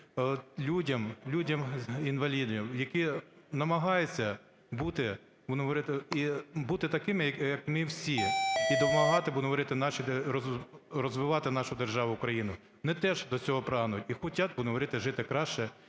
людям, людям-інвалідам, які намагаються бути, будемо говорити, і буди такими як ми всі, і допомагати, будемо говорити, розвивати нашу державу Україну. Вони теж до цього прагнуть і хочуть, будемо говорити, жити краще